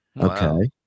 Okay